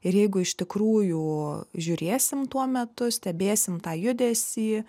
ir jeigu iš tikrųjų žiūrėsim tuo metu stebėsim tą judesį